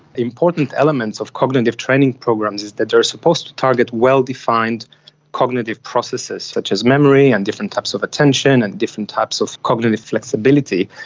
important elements of cognitive training programs is that they are supposed to target well defined cognitive processes such as memory and different types of attention and different types of cognitive flexibility.